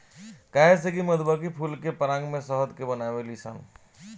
काहे से कि मधुमक्खी फूल के पराग से शहद बनावेली सन